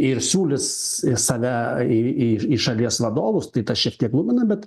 ir siūlys save į į į šalies vadovus tai tas šiek tiek glumina bet